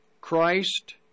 Christ